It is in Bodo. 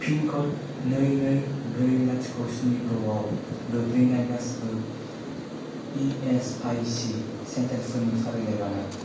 पिनकड नै नै ब्रै लाथिख स्नि द आव गोग्लैनाय गासिबो इएसआइसि सेन्टारफोरनि फारिलाइ बानाय